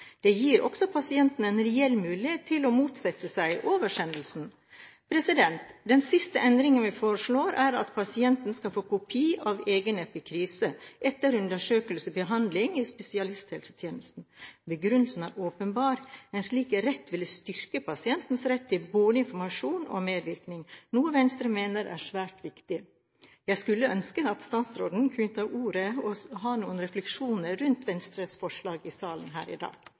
Det gir også pasienten en reell mulighet til å motsette seg oversendelsen. Den siste endringen vi foreslår, er at pasienten skal få kopi av egen epikrise etter undersøkelse/behandling i spesialisthelsetjenesten. Begrunnelsen er åpenbar: En slik rett vil styrke pasientens rett både til informasjon og til medvirkning, noe Venstre mener er svært viktig. Jeg skulle ønske at statsråden kunne ta ordet og ha noen refleksjoner rundt Venstres forslag i salen her i dag.